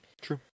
True